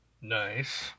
Nice